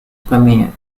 premiere